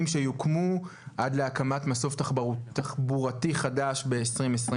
שיוקמו עד להקמת מסוף תחבורתי חדש ב-2023.